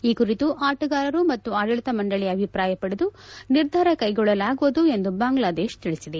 ಈ ಕುರಿತು ಆಟಗಾರರು ಮತ್ತು ಆಡಳಿತ ಮಂಡಳಿ ಅಭಿಪ್ರಾಯ ಪಡೆದು ನಿರ್ಧಾರ ಕೈಗೊಳ್ಳಲಾಗುವುದು ಎಂದು ಬಾಂಗ್ಲಾದೇಶ ತಿಳಿಸಿದೆ